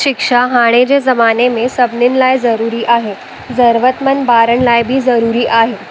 शिक्षा हाणे जे ज़माने में सभिनीनि लाइ ज़रूरी आहे ज़रूरतमंद ॿारनि लाइ बि ज़रूरी आहे